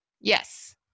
Yes